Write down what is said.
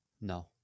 No